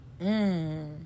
mmm